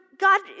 God